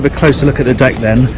but closer look at the deck then,